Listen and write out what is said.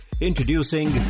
Introducing